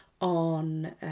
on